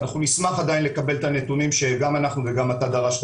אנחנו נשמח עדיין לקבל את הנתונים שגם אנחנו וגם אתה דרשת